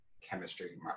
chemistry